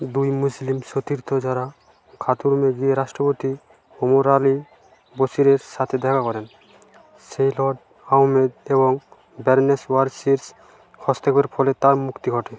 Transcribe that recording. দুই মুসলিম সতীর্থ যারা খাতুর্মে গিয়ে রাষ্ট্রপতি ওমর আলি বশিরের সাথে দেখা করেন সেই লর্ড আহমেদ এবং ব্যারনেস ওয়ারসিস হস্তক্ষেপের ফলে তার মুক্তি ঘটে